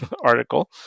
article